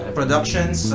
Productions